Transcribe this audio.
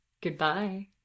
Goodbye